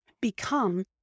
become